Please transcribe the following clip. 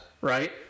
right